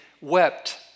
wept